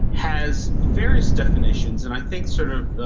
has various definitions. and i think sort of